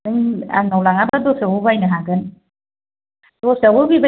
नों आंनाव लाङाबा दस्रायावबो बायनो हागोन दस्रायाबो बेबायदि